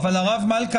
אבל הרב מלכא,